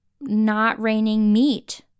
not-raining-meat